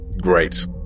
Great